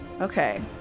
Okay